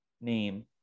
name